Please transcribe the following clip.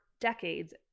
decades